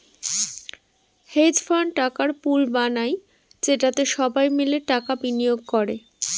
hedge fund টাকার pool বানায় যেটাতে সবাই মিলে টাকা বিনিয়োগ করে